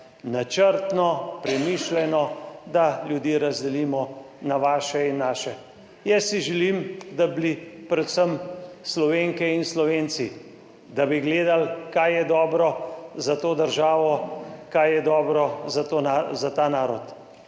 načrtno, premišljeno, da ljudi razdelimo na vaše in naše. Jaz si želim, da bi bili predvsem Slovenke in Slovenci, da bi gledali, kaj je dobro za to državo, kaj je dobro za ta narod.